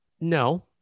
No